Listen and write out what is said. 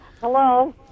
Hello